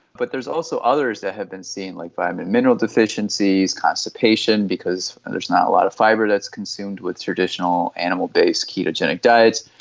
but there's also others that have been seen, like vitamin and mineral deficiencies, constipation because there's not a lot of fibre that's consumed with traditional animal-based ketogenic diets,